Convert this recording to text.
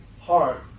heart